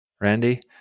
Randy